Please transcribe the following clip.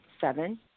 Seven